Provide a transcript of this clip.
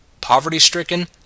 Poverty-stricken